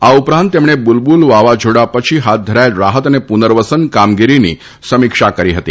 આ ઉપરાંત તેમણે બુલબુલ વાવાઝોડા પછી હાથ ધરાયેલ રાહત અને પુનર્વસન કામગીરીની સમીક્ષા કરી હતી